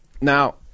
Now